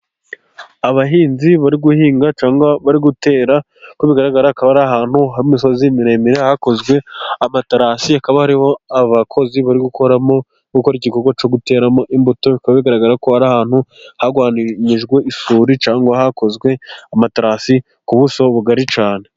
Abahinzi bari guhinga cyangwa bari gutera, nkuko bigaragara hakaba ari ahantu h'imisozi miremire, hakozwe amaterasi hakaba hari abakozi bari gukoramo bari gukora igikorwa cyo guteramo imbuto, bikaba bigaragara ko ari ahantu harwanyijwe isuri cyangwa hakozwe amaterasi ku buso bugari cyane.